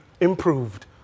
improved